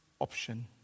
option